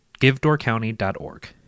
givedoorcounty.org